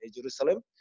Jerusalem